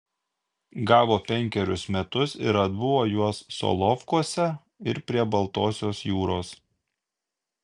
gavo penkerius metus ir atbuvo juos solovkuose ir prie baltosios jūros